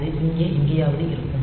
அது இங்கே எங்காவது இருக்கும்